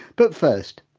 but first,